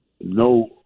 no